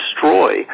destroy